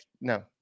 No